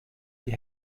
die